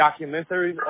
documentaries